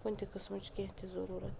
کُنہِ تہِ قسمٕچ کیٚنٛہہ تہِ ضروٗرت